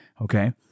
Okay